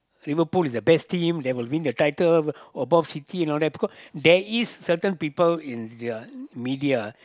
Liverpool is the best team that will win the title of above City you know that because there is certain people in the media